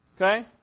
Okay